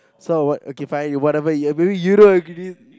so what okay fine whatever you uh maybe you don't agree